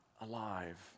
alive